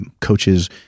coaches